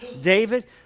David